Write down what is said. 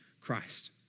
Christ